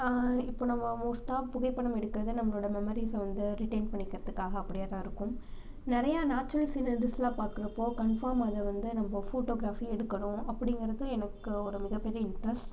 இப்போ நாம் மோஸ்ட்டாக புகைப்படம் எடுக்கிறது நம்மளோடய மெமரீஸை வந்து ரிடைன் பண்ணிக்கிறத்துக்காக அப்படியாதான் இருக்கும் நிறையா நேச்சுரல் சீனரிஸ்லாம் பார்க்குறப்போ கன்ஃபாம் அதை வந்து நம்ம ஃபோட்டோக்ராஃபி எடுக்கணும் அப்படிங்குறது எனக்கு ஒரு மிகப்பெரிய இன்ட்ரஸ்ட்